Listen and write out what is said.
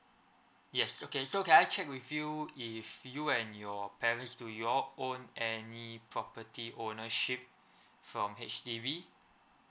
yes okay so can I check with you if you and your parents do you all own any property ownership from H_D_B